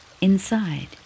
Inside